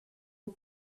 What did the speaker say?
aux